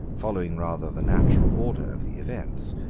following rather the natural order of the events,